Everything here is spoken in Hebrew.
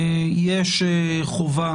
יש חובה